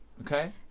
okay